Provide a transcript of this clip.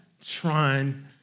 trying